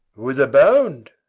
whither bound?